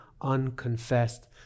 unconfessed